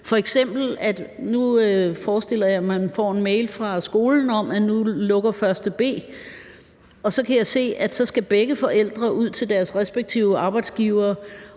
f.eks., at man får en mail fra skolen om, at nu lukker 1. b. Og så kan jeg se, at begge forældre skal ud til deres respektive arbejdsgivere